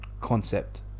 concept